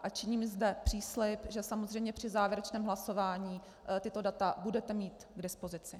A činím zde příslib, že samozřejmě při závěrečném hlasování tato data budete mít k dispozici.